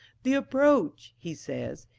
the approach, he says,